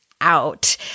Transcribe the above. Out